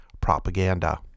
propaganda